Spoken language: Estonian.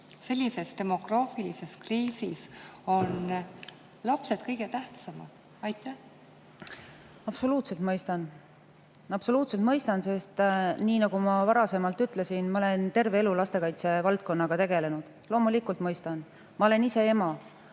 sellises demograafilises kriisis on lapsed kõige tähtsamad? Absoluutselt mõistan. Absoluutselt mõistan, sest nii nagu ma varasemalt ütlesin, ma olen terve elu lastekaitse valdkonnaga tegelenud. Loomulikult mõistan! Ma olen ise ema